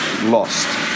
lost